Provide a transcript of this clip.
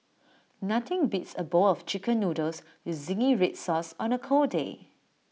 nothing beats A bowl of Chicken Noodles with Zingy Red Sauce on A cold day